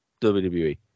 WWE